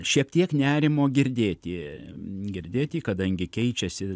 šiek tiek nerimo girdėti girdėti kadangi keičiasi